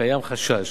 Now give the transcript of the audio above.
קיים חשש